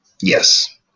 yes